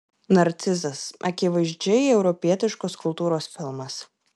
narcizas akivaizdžiai europietiškos kultūros filmas